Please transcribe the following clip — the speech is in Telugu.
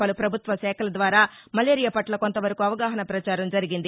పలు ప్రభుత్వ శాఖల ద్వారా మలేరియా పట్ల కొంత వరకు అవగాహనా ప్రచారం జరిగింది